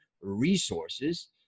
resources